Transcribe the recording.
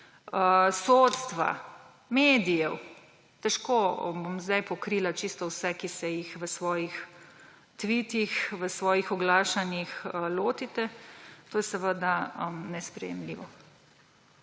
sodstva, medijev, težko bom zdaj pokrila čisto vse, ki se jih v svojih tvitih, v svojih oglašanjih lotite, je seveda nesprejemljiv.